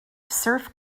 surf